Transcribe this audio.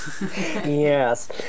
Yes